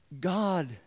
God